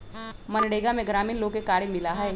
मनरेगा में ग्रामीण लोग के कार्य मिला हई